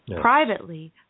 privately